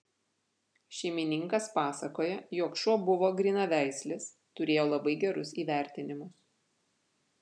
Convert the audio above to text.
šeimininkas pasakoja jog šuo buvo grynaveislis turėjo labai gerus įvertinimus